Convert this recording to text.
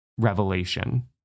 revelation